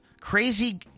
crazy